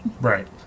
Right